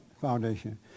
foundation